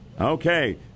Okay